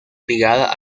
ligada